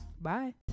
Bye